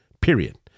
period